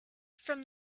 from